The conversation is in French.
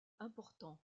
importants